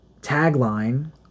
tagline